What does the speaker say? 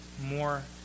more